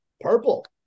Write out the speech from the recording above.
purple